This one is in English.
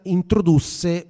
introdusse